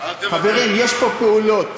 חברים, יש פה פעולות